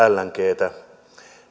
lngtä